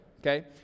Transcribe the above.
okay